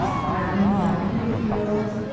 grounding down through the heels.